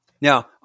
Now